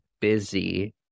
busy